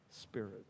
spirit